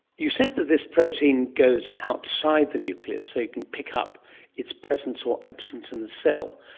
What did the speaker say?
you said that this protein goes outside the nucleus so you can pick up its presence or absence in the cell.